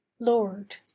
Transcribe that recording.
Lord